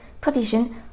provision